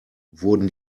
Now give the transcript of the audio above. wurden